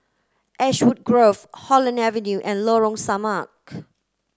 Ashwood Grove Holland Avenue and Lorong Samak